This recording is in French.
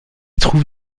trouve